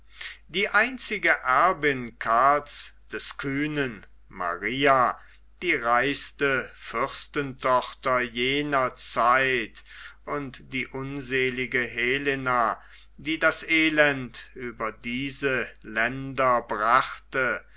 die einzige erbin karls des kühnen maria die reichste fürstentochter jener zeit und die unselige helena die das elend über diese länder brachte